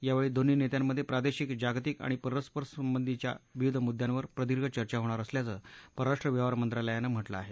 यावेळी दोन्ही नेत्यांमध्ये प्रादेशिक जागतिक आणि परस्परसंबंधीच्या विविध मुद्द्यांवर प्रदीर्घ चर्चा होणार असल्याचं परराष्ट्र व्यवहार मंत्रालयानं म्हटलं आहे